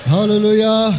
Hallelujah